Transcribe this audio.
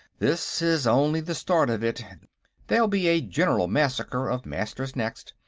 this is only the start of it there'll be a general massacre of masters next.